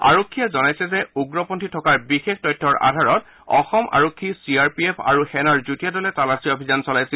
আৰক্ষীয়ে জনাইছে যে উগ্ৰপন্থীৰ থকাৰ বিশেষ তথ্যৰ আধাৰত অসম আৰক্ষী চি আৰ পি এফ আৰু সেনাৰ যুটীয়া দলে তালাচী অভিযান চলাইছিল